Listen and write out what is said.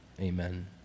amen